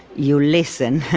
you listen